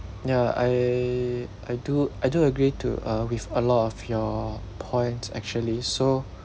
ya I I do I do agree to uh with a lot of your point actually so